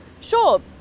sure